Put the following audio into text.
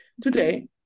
Today